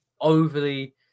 overly